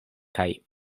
kaj